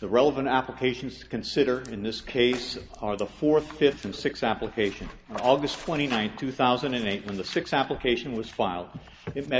the relevant applications consider in this case are the fourth fifth and sixth application aug twenty ninth two thousand and eight when the six application was filed it met